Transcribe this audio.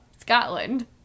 scotland